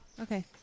Okay